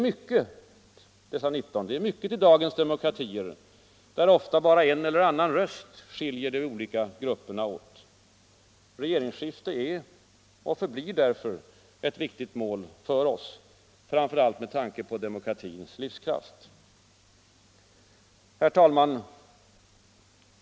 Det är mycket i dagens demokratier, där ofta bara en eller annan röst skiljer de olika grupperna åt. Regeringsskifte är och förblir därför ett viktigt mål för oss, framför allt med tanke på demokratins livskraft. Herr talman!